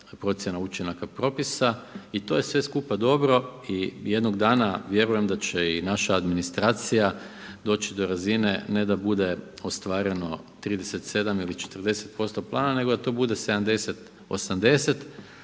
promjena učinaka propisa. I to je sve skupa dobro i jednog dana vjerujem da će i naša administracija doći do razine ne da bude ostvareno 37 ili 40% plana, nego da to bude 70, 80,